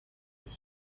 eyes